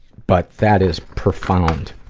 but that is profound,